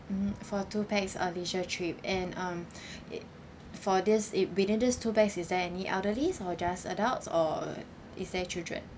mm for two pax a leisure trip and um it for this it within these two pax is there any elderlies or just adults or is there children